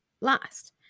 last